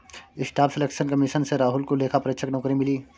staff selection commission से राहुल को लेखा परीक्षक नौकरी मिली